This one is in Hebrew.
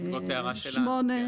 העם,